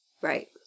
Right